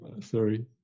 sorry